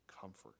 comfort